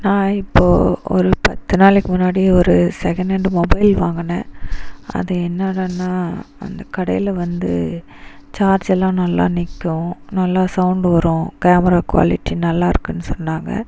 நான் இப்போது ஒரு பத்து நாளுக்கு முன்னாடி ஒரு செகனெண்டு மொபைல் வாங்குனேன் அது என்னென்னா அந்த கடையில் வந்து சார்ஜ்யெல்லாம் நல்லா நிற்கும் நல்லா சவுண்ட் வரும் கேமரா குவாலிட்டி நல்லாயிருக்குனு சொன்னாங்க